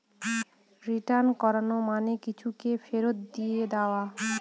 return করানো মানে কিছুকে ফেরত দিয়ে দেওয়া